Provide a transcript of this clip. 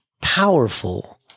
powerful